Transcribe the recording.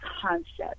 concept